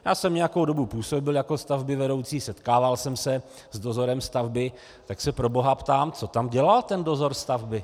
Já jsem nějakou dobu působil jako stavbyvedoucí, setkával jsem se s dozorem stavby, tak se proboha ptám co tam dělal ten dozor stavby?